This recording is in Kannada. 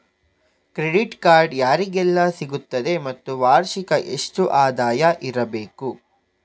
ಕ್ರೆಡಿಟ್ ಕಾರ್ಡ್ ಯಾರಿಗೆಲ್ಲ ಸಿಗುತ್ತದೆ ಮತ್ತು ವಾರ್ಷಿಕ ಎಷ್ಟು ಆದಾಯ ಇರಬೇಕು?